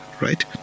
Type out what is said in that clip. right